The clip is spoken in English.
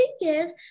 gifts